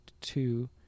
Two